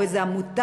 או איזו עמותה,